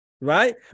right